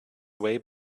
way